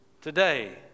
today